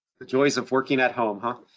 the joys of working at home, huh?